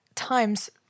times